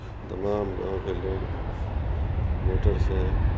تمام گاؤں کے لوگ موٹر سے